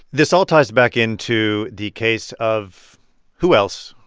this all ties back into the case of who else?